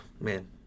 man